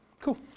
cool